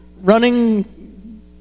running